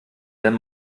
wenn